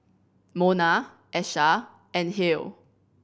Monna Asha and Halle